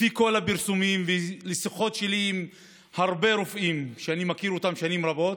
לפי כל הפרסומים ומשיחות שלי עם הרבה רופאים שאני מכיר שנים רבות,